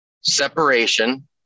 separation